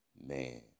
Man